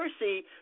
mercy